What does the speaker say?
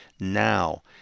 Now